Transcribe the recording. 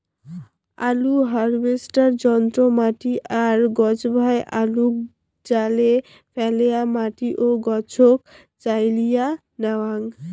আলু হারভেস্টার যন্ত্র মাটি আর গছভায় আলুক জালে ফ্যালেয়া মাটি ও গছক চাইলিয়া ন্যাওয়াং